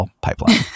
Pipeline